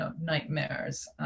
nightmares